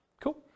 Cool